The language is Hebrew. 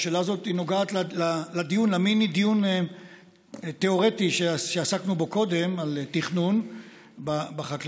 השאלה הזו נוגעת למיני-דיון התיאורטי שעסקנו בו קודם על תכנון בחקלאות.